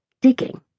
digging